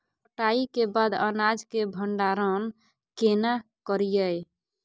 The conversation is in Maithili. कटाई के बाद अनाज के भंडारण केना करियै?